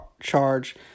charge